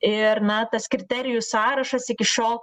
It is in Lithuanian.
ir na tas kriterijų sąrašas iki šiol